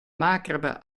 macabra